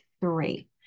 three